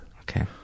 okay